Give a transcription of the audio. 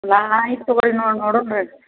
ಲಾ ಆಯ್ತು ತಗೋರಿ ನೋಡುಣ ರೀ